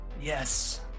Yes